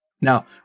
Now